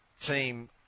team